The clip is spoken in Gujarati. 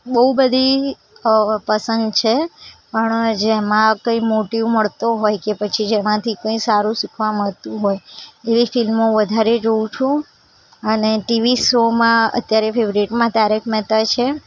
બહુ બધી પસંદ છે પણ જેમાં કઈ મોટિવ મળતો હોય કે પછી જેમાંથી કાઈ સારું શીખવા મળતું હોઈ એ ફિલ્મો વધારે જાઉં છું અને ટીવી શોમાં અત્યારે ફેવરિટમાં તારક મહેતા છે